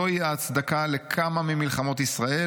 זוהי ההצדקה לכמה ממלחמות ישראל,